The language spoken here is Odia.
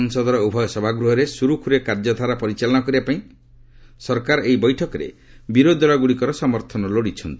ସଂସଦର ଉଭୟ ସଭାଗୃହରେ ସୁରୁଖୁରୁରେ କାର୍ଯ୍ୟଧାରା ପରିଚାଳନା କରିବା ପାଇଁ ସରକାର ଏହି ବୈଠକରେ ବିରୋଧୀ ଦଳଗୁଡ଼ିକର ସମର୍ଥନ ଲୋଡ଼ିଛନ୍ତି